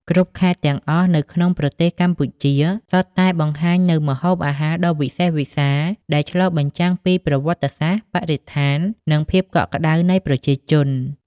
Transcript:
គ្រប់ខេត្តទាំងអស់នៅក្នុងប្រទេសកម្ពុជា សុទ្ធតែបង្ហាញនូវម្ហូបអាហារដ៏វិសេសវិសាល ដែលឆ្លុះបញ្ចាំងពីប្រវត្តិសាស្ត្រ បរិស្ថាន និងភាពកក់ក្តៅនៃប្រជាជន។